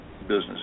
business